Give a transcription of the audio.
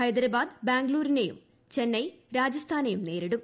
ഹൈദ്രാബാദ് ബാംഗ്ലൂരിനെയും ചെന്നൈ രാജസ്ഥാനെയും നേരിടും